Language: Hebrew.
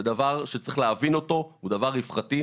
זה דבר שצריך להבין אותו, הוא נושא רווחתי.